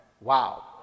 wow